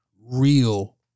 real